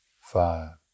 five